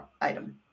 item